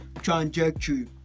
trajectory